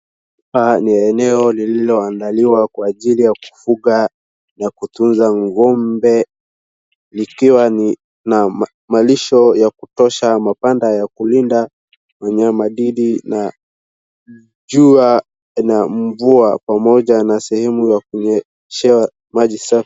Hapa ni eneo lililoandaliwa kwa ajili ya kufuga na kutunza ngombe likuwa ni na malisho ya kutosha, mapanda ya kulinda wanyama ndindi na jua na mvua pamoja na sehemu ya kunyeshea maji safi.